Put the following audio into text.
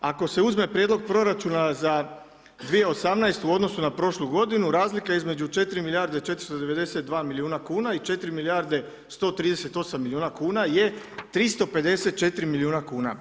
Ako se uzme prijedlog proračuna za 2018. u odnosu na prošlu godinu razlika između 4 milijarde 492 milijuna kuna i 4 milijarde 138 milijuna kuna je 354 milijuna kuna.